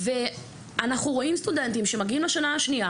ואנחנו רואים סטודנטים שמגיעים לשנה השנייה